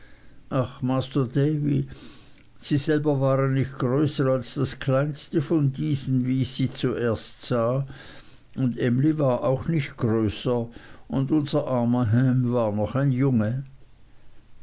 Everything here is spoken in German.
sie selbst waren nicht größer als das kleinste von diesen wie ich sie zuerst sah und emly war auch nicht größer und unser armer ham war noch ein junge